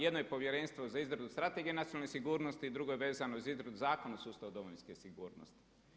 Jedno je povjerenstvo za izradu Strategije nacionalne sigurnosti, drugo je vezano za izradu Zakona o sustavu domovinske sigurnosti.